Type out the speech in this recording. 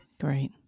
Great